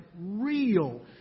real